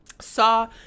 saw